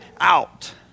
out